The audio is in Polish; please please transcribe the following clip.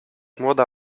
młoda